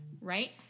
right